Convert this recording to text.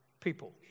people